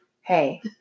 Hey